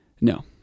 no